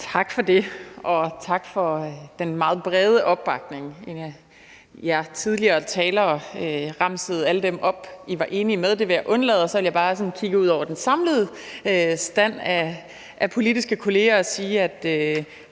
Tak for det. Og tak for den meget brede opbakning. Tidligere talere remsede alle dem op, de var enige med. Det vil jeg undlade at gøre, og så vil jeg bare sådan kigge ud over den forsamlede stand af politiske kolleger og sige,